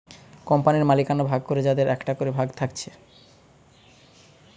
কোম্পানির মালিকানা ভাগ করে যাদের একটা করে ভাগ থাকছে